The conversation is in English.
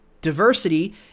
Diversity